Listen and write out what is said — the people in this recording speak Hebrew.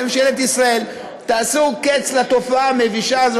לממשלת ישראל: תשימו קץ לתופעה המבישה הזאת